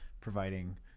providing